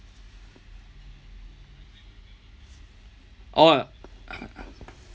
orh